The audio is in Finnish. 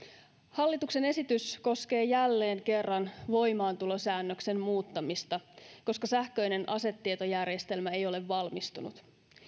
hallituksen esitys koskee jälleen kerran voimaantulosäännöksen muuttamista koska sähköinen asetietojärjestelmä ei ole valmistunut